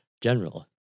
general